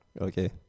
Okay